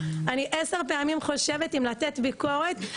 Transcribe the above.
אני 10 פעמים חושבת אם לתת ביקורת,